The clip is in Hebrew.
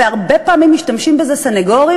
והרבה פעמים משתמשים בזה סנגורים,